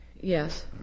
Yes